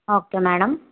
okay madam